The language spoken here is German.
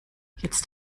jetzt